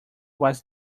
was